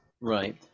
Right